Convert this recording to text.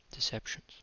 Deceptions